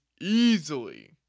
easily